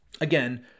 again